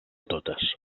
totes